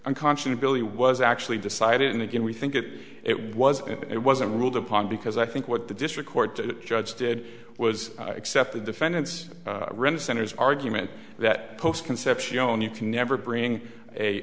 unconscionably was actually decided and again we think it it was it wasn't ruled upon because i think what the district court judge did was accepted defendants centers argument that post conception own you can never bring a